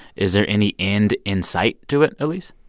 is there any end in sight to it, elise?